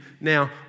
now